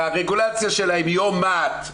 שהרגולציה של --- מה"ט,